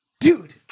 Dude